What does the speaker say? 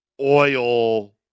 oil